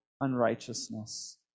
unrighteousness